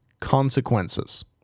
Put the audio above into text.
Consequences